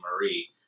Marie